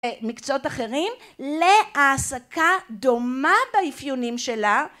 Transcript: מקצועות אחרים, להעסקה דומה באפיונים שלה